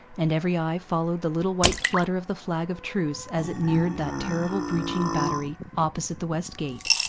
and every eye followed the little white flutter of the flag of truce as it neared that terrible breaching battery opposite the west gate.